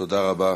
תודה רבה,